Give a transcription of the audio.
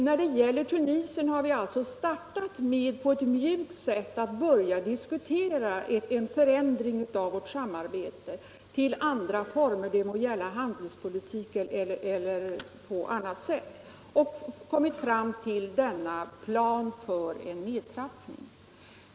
När det gäller Tunisien har vi startat på ett mjukt sätt, börjat diskutera en förändring av samarbetet till att avse andra former, det må gälla handelspolitiken eller andra ting, och vi har då kommit fram till en plan för nedtrappning.